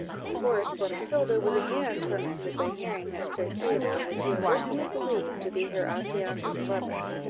of course, poor matilda was again tormented by hearing that sir theodore was universally believed to be her affianced lover,